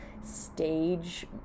stage